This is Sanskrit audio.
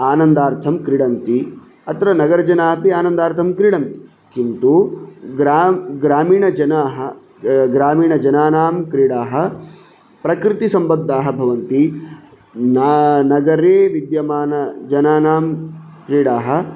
आनन्दार्थं क्रीडन्ति अत्र नगरजना अपि आनन्दार्तं क्रीडन्ति किन्तु ग्रा ग्रामीणजनाः ग्रामीणजनानां क्रीडाः प्रकृतिसम्बद्दाः भवन्ति ना नगरे विद्यमानजनानां क्रीडाः